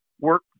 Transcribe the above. work